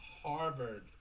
Harvard